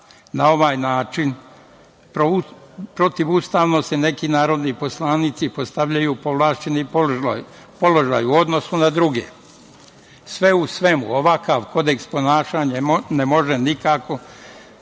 Na ovaj način protivustavno se neki narodni poslanici postavljaju u povlašćeni položaj u odnosu na druge. Sve u svemu, ovakav Kodeks ponašanja ne može nikako